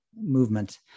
movement